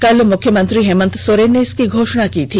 कल मुख्यमंत्री हेमंत सोरेन ने इसकी घोषणा की थी